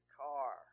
car